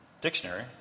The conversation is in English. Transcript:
dictionary